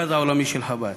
המרכז העולמי של חב"ד.